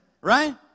Right